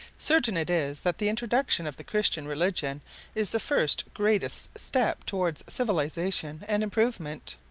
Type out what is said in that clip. certain it is that the introduction of the christian religion is the first greatest step towards civilization and improvement